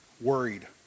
worried